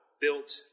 built